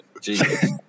Jesus